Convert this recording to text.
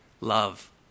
love